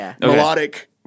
Melodic